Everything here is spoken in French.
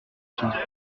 situation